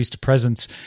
Presence